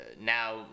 now